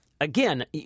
Again